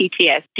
PTSD